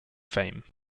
fame